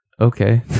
okay